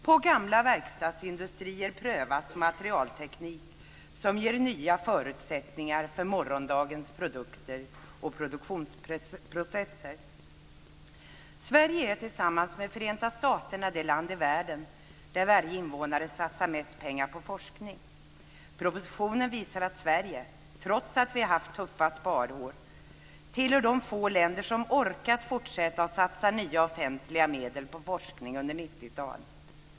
På gamla verkstadsindustrier prövas materialteknik som ger nya förutsättningar för morgondagens produkter och produktionsprocesser. Sverige är tillsammans med Förenta staterna det land i världen där varje invånare satsar mest pengar på forskning. Propositionen visar att Sverige - trots att vi har haft tuffa sparmål - tillhör de få länder som har orkat fortsätta att satsa nya offentliga medel på forskning under 90-talet.